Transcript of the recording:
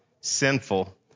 sinful